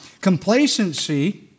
Complacency